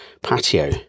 patio